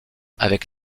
avec